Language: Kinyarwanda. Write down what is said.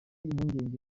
impungenge